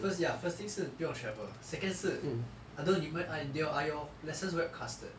first ya first thing 是不用 travel second 是 I don't 你们 are are your lessons web casted